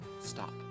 stop